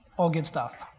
all good stuff.